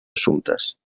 assumptes